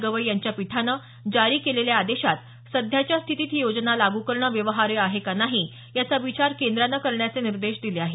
गवई यांच्या पीठानं जारी केलेल्या आदेशात सध्याच्या स्थितीत ही योजना लागू करणं व्यवहार्य आहे का नाही याचा विचार केंद्रानं करण्याचे निर्देश दिले आहेत